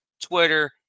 Twitter